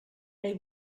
they